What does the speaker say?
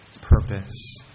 purpose